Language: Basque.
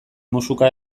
musuka